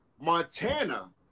Montana